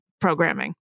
programming